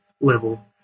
level